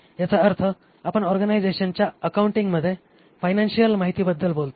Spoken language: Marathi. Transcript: याचा अर्थ आपण ऑर्गनायझेशनच्या अकाउंटिंगमध्ये फायनान्शियल माहितीबद्दल बोलतो